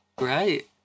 Right